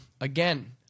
Again